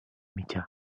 mitjà